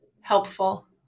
helpful